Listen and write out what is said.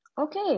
Okay